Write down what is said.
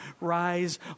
rise